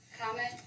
comment